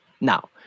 Now